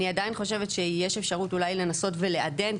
אני עדיין חושבת שיש אפשרות אולי לנסות ולעדן,